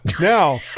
Now